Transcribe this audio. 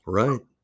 right